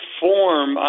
form